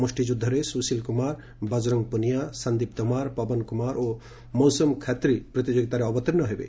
ମୁଷ୍ଟିଯୁଦ୍ଧରେ ସୁଶୀଲ କୁମାର ବଜରଙ୍ଗ ପୁନିଆ ସନ୍ଦୀପ ତୋମାର ପବନ କୁମାର ଓ ମୌସୁମ ଖତ୍ରୀ ପ୍ରତିଯୋଗିତାରେ ଅବତୀର୍ଣ୍ଣ ହେବେ